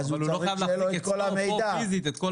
אבל הוא לא חייב להחזיק פה פיזית את כל